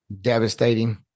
devastating